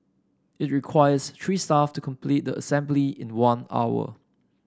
it requires three staff to complete the assembly in one hour